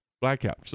Blackout